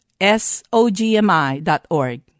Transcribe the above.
SOGMI.org